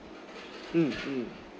mm mm